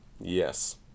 Yes